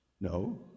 No